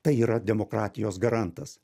tai yra demokratijos garantas